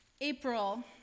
April